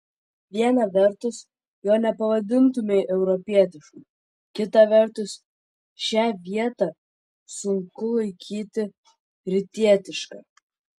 viena vertus jo nepavadintumei europietišku kita vertus šią vietą sunku laikyti rytietiška